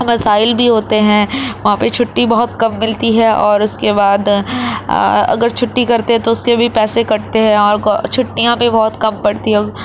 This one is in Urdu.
مسائل بھی ہوتے ہیں وہاں پہ چھٹی بہت کم ملتی ہے اور اس کے بعد اگر چھٹی کرتے تو اس کے بھی پیسے کٹتے ہیں اور گو چھٹیاں بھی بہت کم پڑتی ہیں